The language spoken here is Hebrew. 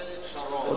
הנימוק של ממשלת שרון,